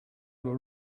were